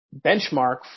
benchmark